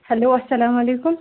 hello اسلامُ علیکم